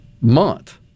month